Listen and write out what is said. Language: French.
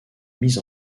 mise